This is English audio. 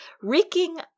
reeking